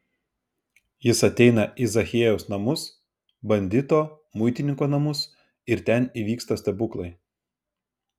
jis ateina į zachiejaus namus bandito muitininko namus ir ten įvyksta stebuklai